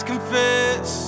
Confess